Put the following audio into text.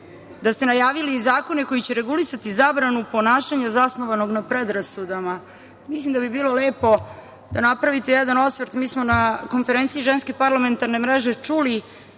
da ste najavili zakone koji će regulisati zabranu ponašanja zasnovanog na predrasudama. Mislim da bi bilo lepo da napravite jedan osvrt. Mi smo na konferenciji Ženske parlamentarne mreže čuli